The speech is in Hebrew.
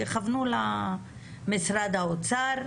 יכוונו למשרד האוצר,